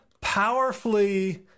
powerfully